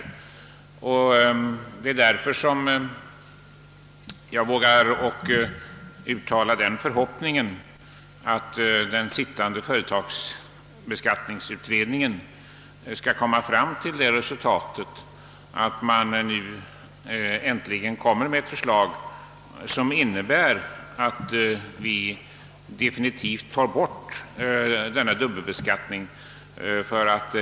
Det är därför jag vågar uttala den förhoppningen att den sittande företagsskatteutredningen skall presentera ett förslag som innebär definitivt slopande av denna dubbelbeskattning.